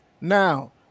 Now